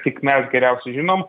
tik mes geriausiai žinom